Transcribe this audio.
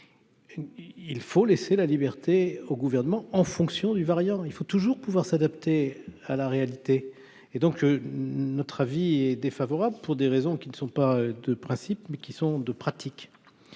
il faut laisser la liberté au gouvernement en fonction du variant il faut toujours pouvoir s'adapter à la réalité et donc notre avis est défavorable, pour des raisons qui ne sont pas de principe mais qui sont de pratiques